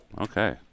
Okay